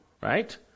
right